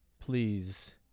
please